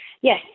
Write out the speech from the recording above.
Yes